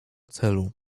celu